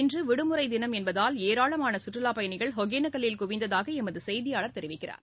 இன்று விடுமுறை தினம் என்பதால் ஏராளமான சுற்றுலாபயணிகள் ஒகேளக்கல்லில் குவிந்ததாக எமது செய்தியாளர் தெரிவிக்கிறார்